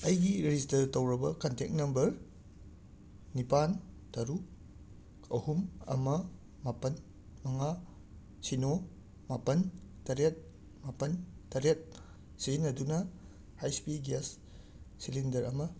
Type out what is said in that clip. ꯑꯩꯒꯤ ꯔꯦꯖꯤꯁꯇꯔ ꯇꯧꯔꯕ contact number ꯅꯤꯄꯥꯟ ꯇꯔꯨꯛ ꯑꯍꯨꯝ ꯑꯃ ꯃꯥꯄꯟ ꯃꯉꯥ ꯁꯤꯅꯣ ꯃꯥꯄꯟ ꯇꯔꯦꯠ ꯃꯥꯄꯟ ꯇꯔꯦꯠ ꯁꯤꯖꯤꯟꯅꯗꯨꯅ ꯍꯩꯁ ꯄꯤ ꯒ꯭ꯌꯥꯁ ꯁꯤꯂꯤꯟꯗꯔ ꯑꯃ ꯕꯨꯛ ꯇꯧ